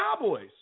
Cowboys